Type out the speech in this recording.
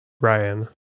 Ryan